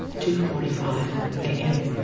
two forty five am.